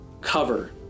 cover